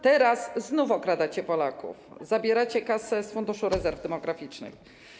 Teraz znów okradacie Polaków, zabieracie kasę z Funduszu Rezerw Demograficznych.